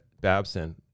Babson